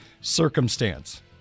circumstance